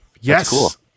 Yes